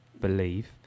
believe